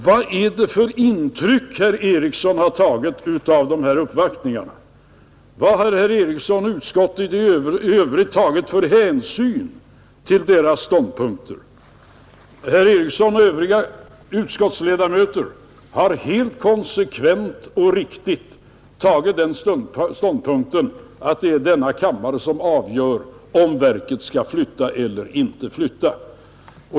Vilket intryck har då herr Eriksson i Arvika tagit av de här uppvaktningarna? Vilken hänsyn har herr Eriksson och utskottet i övrigt tagit till de uppvaktandes ståndpunkter? Herr Eriksson och övriga utskottsledamöter har helt konsekvent och riktigt intagit den ståndpunkten att det är denna kammare som avgör om verket i fråga skall flytta eller inte flytta.